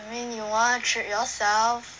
I mean you wanna treat yourself